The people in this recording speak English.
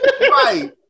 Right